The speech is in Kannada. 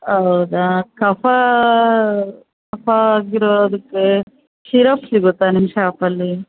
ಹೌದಾ ಕಫ ಕಫ ಆಗಿರೋದಕ್ಕೆ ಶಿರಫ್ ಸಿಗುತ್ತಾ ನಿಮ್ಮ ಶಾಪಲ್ಲಿ